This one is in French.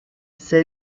ces